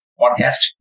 podcast